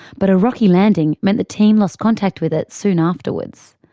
but a rocky landing meant the team lost contact with it soon afterwards.